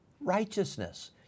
Righteousness